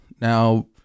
Now